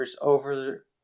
over